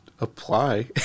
apply